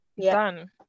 done